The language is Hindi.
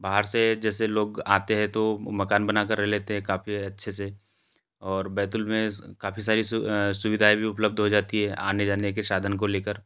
बाहर से जैसे लोग आते हैं तो मकान बना कर रह लेते हैं काफ़ी अच्छे से और बैतुल में काफ़ी सारी सुविधाएँ भी उपलब्ध हो जाती है आने जाने के साधन को लेकर